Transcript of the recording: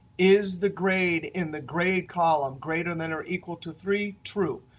is the grade in the grade column greater than or equal to three? true.